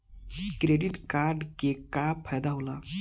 Credit card के का फायदा होला?